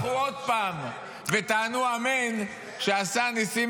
תברכו עוד פעם ותענו אמן: שעשה ניסים